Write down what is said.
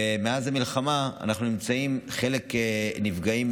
ומאז המלחמה, חלק נקראים,